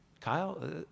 Kyle